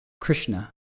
krishna